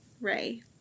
Ray